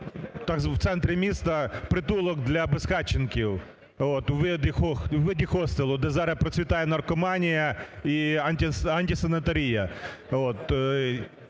в центрі міста, притулок для безхатченків у виді хостелу, де зараз процвітає наркоманія і антисанітарія.